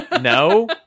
No